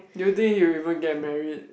do you think he will even get married